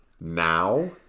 now